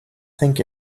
think